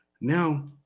now